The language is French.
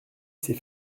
ces